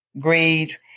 greed